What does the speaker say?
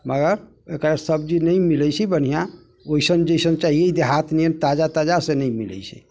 मगर एकर सब्जी नहि मिलै छै बढ़िआँ ओइसन जइसन चाहिए देहातमे ताजा ताजा से नहि मिलै छै